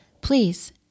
Please